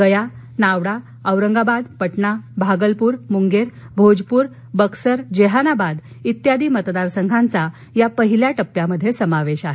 गया नावडा औरंगाबाद पटणा भागलपूर मुंगेर भोजपूर बक्सर जेहानाबाद इत्यादी मतदारसंघांचा त्यामध्ये समावेश आहे